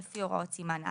לפי הוראות סימן א',